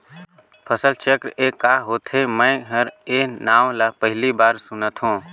फसल चक्र ए क होथे? मै हर ए नांव ल पहिले तोर सुनथों